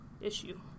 issue